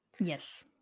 Yes